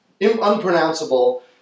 unpronounceable